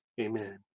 Amen